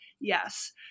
Yes